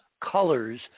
colors